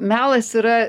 melas yra